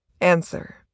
Answer